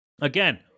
again